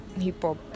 hip-hop